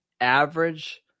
average